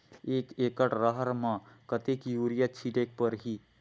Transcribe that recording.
एक एकड रहर म कतेक युरिया छीटेक परही?